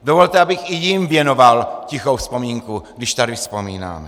Dovolte, abych i jim věnoval tichou vzpomínku, když tady vzpomínáme.